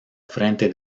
frente